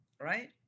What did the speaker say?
right